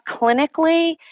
clinically